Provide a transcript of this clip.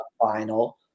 final